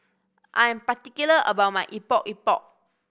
I am particular about my Epok Epok